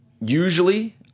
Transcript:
usually